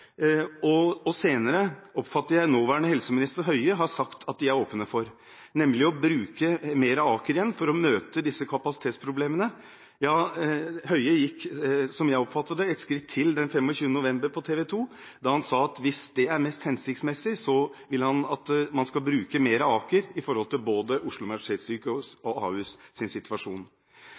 og senere – slik jeg oppfattet det – nåværende helseminister Høie har sagt at de er åpne for, nemlig å bruke mer av Aker igjen for å møte disse kapasitetsproblemene. Ja, Høie gikk – slik jeg oppfattet det – ett skritt til den 25. november på TV 2, da han sa at hvis det er mest hensiktsmessig, vil han at man skal bruke mer av Aker sykehus i den situasjonen man har ved både Oslo universitetssykehus og Ahus.